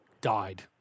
died